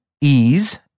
ease